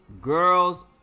Girls